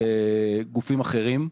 ועוד גופים אחרים.